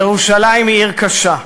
ירושלים היא עיר קשה.